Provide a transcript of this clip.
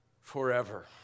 forever